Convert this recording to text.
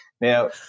Now